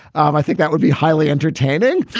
um i think that would be highly entertaining,